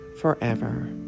forever